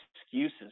excuses